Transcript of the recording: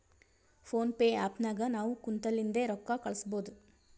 phone pay app ನಾಗ್ ನಾವ್ ಕುಂತಲ್ಲಿಂದೆ ರೊಕ್ಕಾ ಕಳುಸ್ಬೋದು